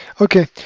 Okay